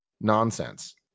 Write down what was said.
nonsense